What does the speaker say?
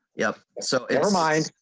yeah so and my